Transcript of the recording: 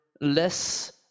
less